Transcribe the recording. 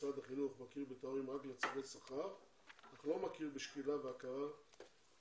משרד החינוך מכיר בתארים רק לצורכי שכר אך לא מכיר בשקילה והכרה רגילה.